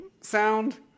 sound